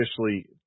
officially